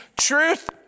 Truth